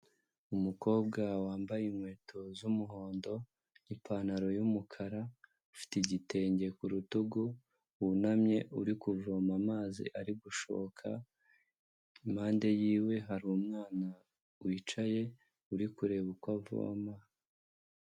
Umukobwa wambaye inkweto z'umuhondo n'ipantaro y'umukara, ufite igitenge ku rutugu wunamye uri kuvoma amazi ari gushoka, impande yiwe hari umwana wicaye uri kureba uko avoma.